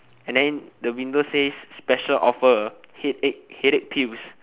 and then the window says special offer headache headache pills